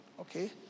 okay